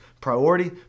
Priority